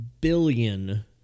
billion